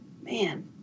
man